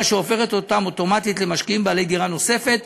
שהופכת אותם אוטומטית למשקיעים בעלי דירה נוספת.